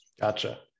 Gotcha